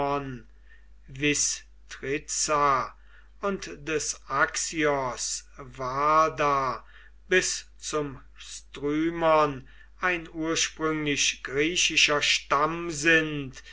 und des axios vardar bis zum strymon ein ursprünglich griechischer stamm sind